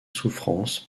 souffrances